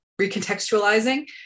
recontextualizing